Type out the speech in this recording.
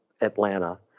Atlanta